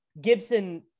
Gibson